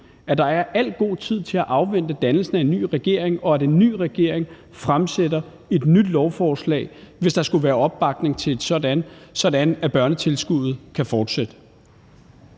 at der er al mulig god tid til at afvente dannelsen af en ny regering, og at den nye regering fremsætter et nyt lovforslag, hvis der skulle være opbakning til et sådant, sådan at børnetilskuddet kan fortsætte.